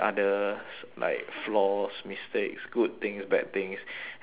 like flaws mistakes good things bad things then we just